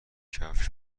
کفش